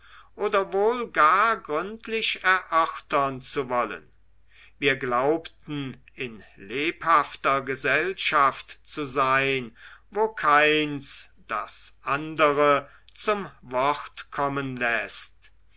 oder wohl gar gründlich erörtern zu wollen wir glaubten in lebhafter gesellschaft zu sein wo keins das andere zu wort kommen läßt